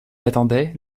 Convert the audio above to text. attendait